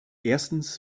erstens